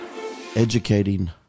educating